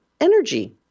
energy